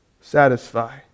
satisfy